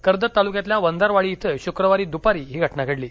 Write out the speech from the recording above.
कर्जत तालुक्यातील वंजारवाडी इथे शक्रवारी दुपारी ही घटना घडली